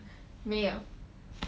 没有